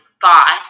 boss